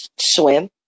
swim